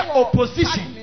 opposition